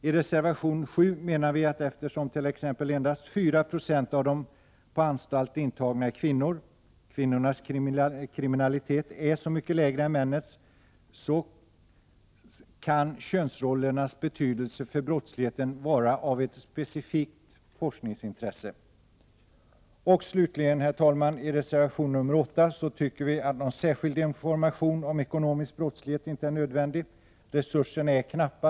I reservation nr 7 menar vi att eftersom t.ex. endast 4 96 av de på anstalt intagna är kvinnor — kvinnornas kriminalitet är så mycket lägre än männens — 147 kan könsrollernas betydelse för brottsligheten vara av ett specifikt forskningsintresse. Slutligen, herr talman, tycker vi i reservation nr 8 att någon särskild information om ekonomisk brottslighet inte är nödvändig. Resurserna är knappa.